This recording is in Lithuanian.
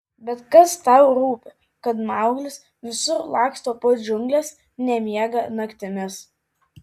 bet kas tau rūpi kad mauglis visur laksto po džiungles nemiega naktimis